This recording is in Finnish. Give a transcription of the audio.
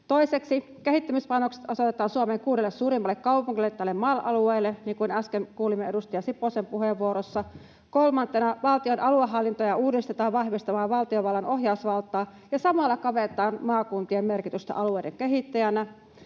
Toiseksi, kehittämispanokset osoitetaan Suomen kuudelle suurimmalle kaupungille, tälle MAL-alueelle, niin kuin äsken kuulimme edustaja Siposen puheenvuorossa. Kolmantena, valtion aluehallintoa uudistetaan vahvistamaan valtiovallan ohjausvaltaa ja samalla kavennetaan maakuntien merkitystä alueiden kehittäjänä.